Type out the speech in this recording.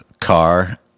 car